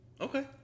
Okay